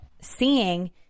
seeing